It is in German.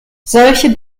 solche